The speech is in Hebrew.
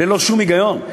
ללא שום היגיון.